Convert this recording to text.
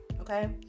Okay